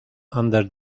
under